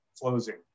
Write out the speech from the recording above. closing